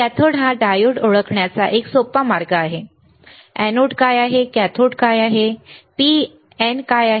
cathode हा diode ओळखण्याचा एक सोपा मार्ग आहे एनोड काय आहे कॅथोड काय आहे P काय आहे N काय आहे